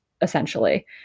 essentially